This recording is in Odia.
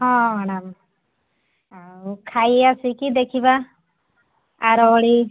ହଁ ମ୍ୟାଡ଼ାମ୍ ଆଉ ଖାଇ ଆସିକି ଦେଖିବା ଆରଓଳି